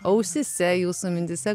ausyse jūsų mintyse